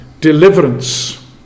Deliverance